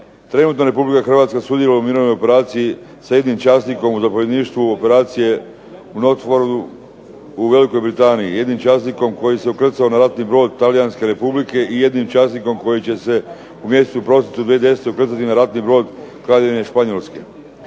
Trenutno Republika Hrvatska sudjeluje u mirovnoj operaciji sa jednim časnikom u zapovjedništvu operacije u …/Ne razumije se./… u Velikoj Britaniji, jednim časnikom koji se ukrcao na ratni brod talijanske Republike i jednim časnikom koji će se u mjesecu prosincu 2010. ukrcati na ratni brod Kraljevine Španjolske.